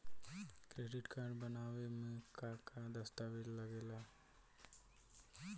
Credit card बनवावे म का का दस्तावेज लगा ता?